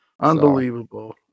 Unbelievable